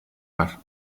bar